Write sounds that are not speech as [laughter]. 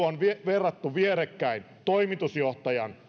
[unintelligible] on verrattu vierekkäin toimitusjohtajan